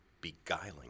beguiling